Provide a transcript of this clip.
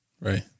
Right